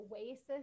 oasis